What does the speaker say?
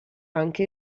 anche